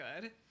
good